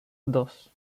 dos